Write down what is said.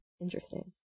Interesting